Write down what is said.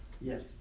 Yes